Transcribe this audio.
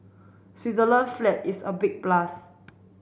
Switzerland flag is a big plus